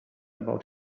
about